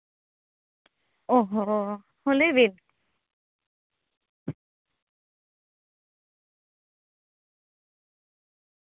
ᱚᱸᱻ ᱦᱚᱸ ᱦᱚᱸ ᱞᱟᱹᱭ ᱵᱤᱱ